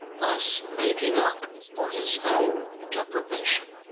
thus making up for his own deprivation.